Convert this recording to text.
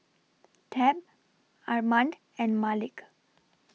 Tab Armand and Malik